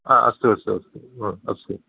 हा अस्तु अस्तु अस्तु अस्तु